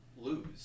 lose